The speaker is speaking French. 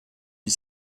mit